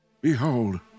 Behold